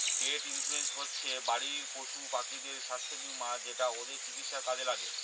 পেট insurance হচ্ছে বাড়ির পশুপাখিদের স্বাস্থ্য বীমা যেটা ওদের চিকিৎসার কাজে লাগে